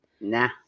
Nah